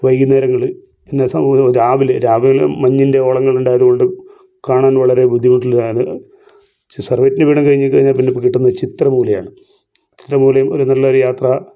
വൈകുന്നേരങ്ങളിൽ എന്നെ സംബന്ധിച്ചിടത്തോളം രാവിലെ രാവിലെ മഞ്ഞിൻ്റെ ഓളങ്ങൾ ഉണ്ടായതുകൊണ്ടും കാണാൻ വളരെ ബുദ്ധിമുട്ടുള്ളതാണ് പക്ഷെ സർവ്വജ്ഞപീഠം കഴിഞ്ഞു കഴിഞ്ഞാൽ പിന്നെ നമുക്ക് കിട്ടുന്നത് ചിത്രം മൂലയാണ് ചിത്രം മൂലയും ഒരു നല്ല ഒരു യാത്ര